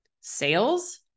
sales